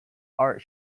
art